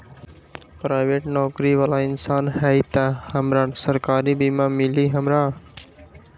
Private नौकरी बाला इंसान हई त हमरा सरकारी बीमा मिली हमरा?